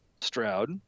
Stroud